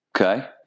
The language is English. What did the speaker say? Okay